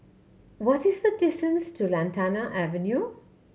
what is the distance to Lantana Avenue